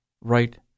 right